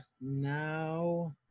now